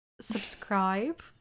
subscribe